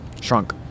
shrunk